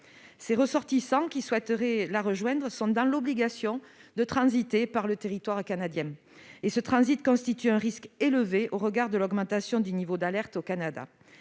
ses ressortissants qui souhaiteraient le rejoindre sont dans l'obligation de transiter par le territoire canadien. Ce transit constitue un risque élevé au regard de l'augmentation du niveau d'alerte au Canada.